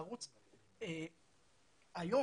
הערוץ היום,